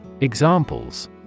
Examples